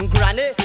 Granny